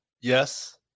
yes